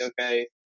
okay